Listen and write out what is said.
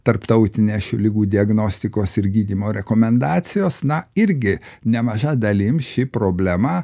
tarptautinę šių ligų diagnostikos ir gydymo rekomendacijos na irgi nemaža dalim ši problema